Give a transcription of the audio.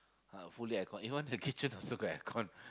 fully aircon even the kitchen also got aircon